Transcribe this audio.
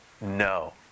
no